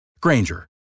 Granger